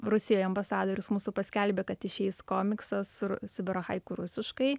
rusijoj ambasadorius mūsų paskelbė kad išeis komiksas su r sibiro haiku rusiškai